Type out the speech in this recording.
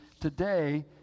today